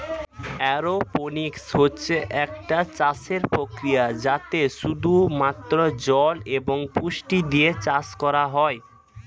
aeroponics হচ্ছে একটা চাষের প্রক্রিয়া যাতে শুধু মাত্র জল এবং পুষ্টি দিয়ে চাষ করা হয়